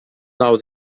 nou